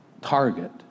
target